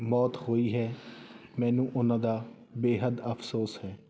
ਮੌਤ ਹੋਈ ਹੈ ਮੈਨੂੰ ਉਹਨਾਂ ਦਾ ਬੇਹੱਦ ਅਫਸੋਸ ਹੈ